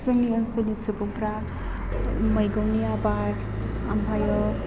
जोंनि ओनसोलनि सुबुंफ्रा मैगंनि आबाद ओमफ्राय